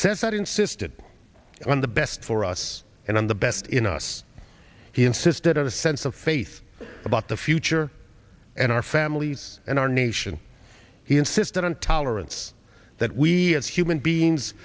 insisted on the best for us and i'm the best in us he insisted on a sense of faith about the future and our families and our nation he insisted on tolerance that we as human beings